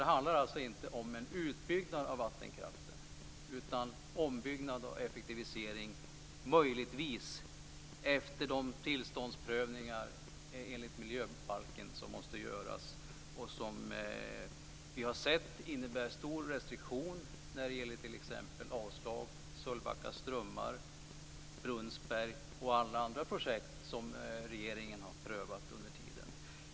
Det handlar alltså inte om en utbyggnad av vattenkraften utan om ombyggnad och effektivisering. Och det kan bara ske efter de tillståndsprövningar enligt miljöbalken som måste göras. Vi har sett att detta innebär stora restriktioner. Det gäller t.ex. avslag för Sölvbacka strömmar, Brunnsberg och alla andra projekt som regeringen har prövat under tiden.